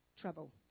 Trouble